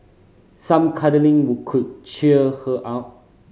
some cuddling would could cheer her up